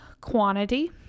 quantity